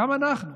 גם אנחנו,